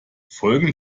folgen